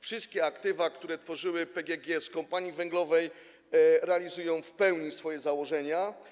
Wszystkie aktywa, które tworzyły PGG z Kompanii Węglowej, realizują w pełni swoje założenia.